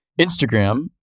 Instagram